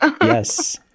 Yes